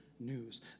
news